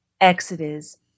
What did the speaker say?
Exodus